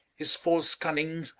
his false cunning,